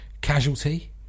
Casualty